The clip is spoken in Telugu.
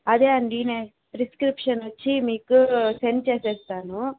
అదే అండీ నేను ప్రిస్క్రిప్షన్ వచ్చి మీకు సెండ్ చేసేస్తాను